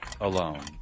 alone